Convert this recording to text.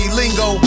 lingo